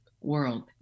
world